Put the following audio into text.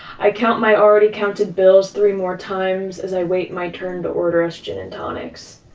i count my already counted bills three more times as i wait my turn to order us gin and tonics.